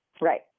Right